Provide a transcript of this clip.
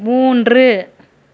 மூன்று